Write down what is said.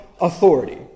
authority